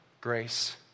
grace